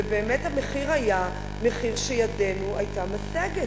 ובאמת המחיר היה מחיר שידנו היתה משגת.